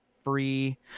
free